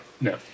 No